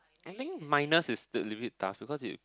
I think minus is a little but tough because you